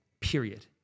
period